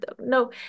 no